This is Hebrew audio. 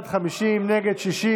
של קבוצת סיעת הליכוד, קבוצת סיעת ש"ס,